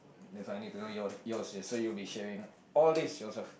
that's why I need to know yours yours is so you'll sharing all these to yourself